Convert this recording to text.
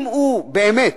אם הוא באמת,